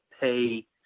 pay